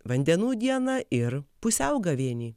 vandenų dieną ir pusiaugavėnį